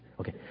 Okay